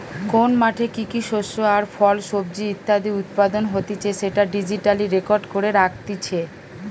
কোন মাঠে কি কি শস্য আর ফল, সবজি ইত্যাদি উৎপাদন হতিছে সেটা ডিজিটালি রেকর্ড করে রাখতিছে